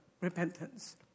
repentance